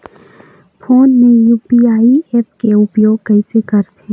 Phone मे UPI app के उपयोग कइसे करथे?